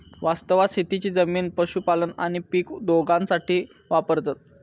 वास्तवात शेतीची जमीन पशुपालन आणि पीक दोघांसाठी वापरतत